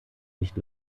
nicht